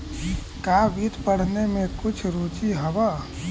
का वित्त पढ़ने में कुछ रुचि हवअ